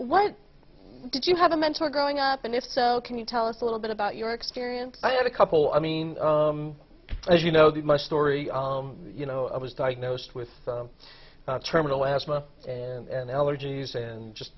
what did you have a mentor growing up and if so can you tell us a little bit about your experience i have a couple i mean as you know the my story you know i was diagnosed with terminal asthma and allergies and just